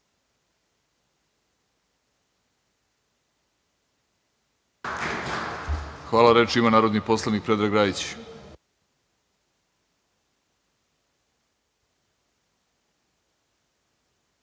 Hvala. Reč ima narodni poslanik Predrag Rajić.